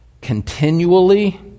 continually